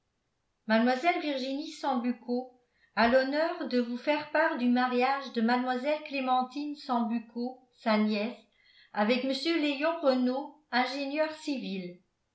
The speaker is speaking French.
mlle virginie sambucco a l'honneur de vous faire part du mariage de mlle clémentine sambucco sa nièce avec mr léon renault ingénieur civil